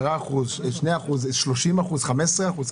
10%, 2%, 30%, 15%?